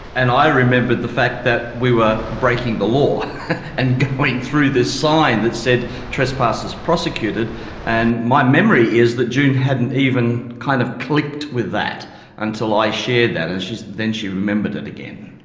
and i remembered the fact that we were breaking the law and going through this sign that said trespassers prosecuted and my memory is that june hadn't even kind of clicked with that until i shared that and then she remembered it again.